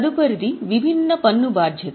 తదుపరిది విభిన్న పన్ను బాధ్యత